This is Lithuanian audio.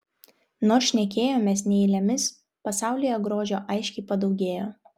nors šnekėjomės ne eilėmis pasaulyje grožio aiškiai padaugėjo